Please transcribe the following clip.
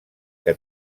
que